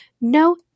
No